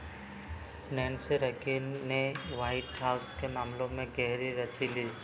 Nancy Reagan ने White House के मामलों में गहरी रुचि ली